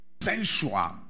sensual